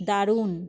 দারুণ